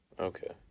okay